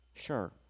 Sure